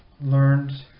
learned